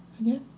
again